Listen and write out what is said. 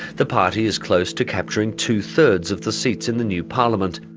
the party is close to capturing two-thirds of the seats in the new parliament.